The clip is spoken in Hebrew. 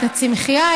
את הצמחייה,